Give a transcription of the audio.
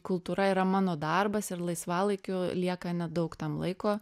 kultūra yra mano darbas ir laisvalaikiu lieka nedaug tam laiko